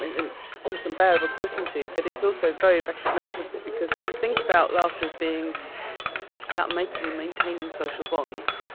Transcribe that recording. it's almost unbearable to listen to, but it's also very recognizable because if you think about laughter as being about making and maintaining social bonds,